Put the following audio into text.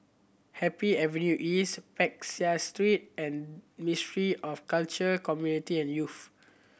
Happy Avenue East Peck Seah Street and Ministry of Culture Community and Youth